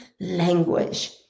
language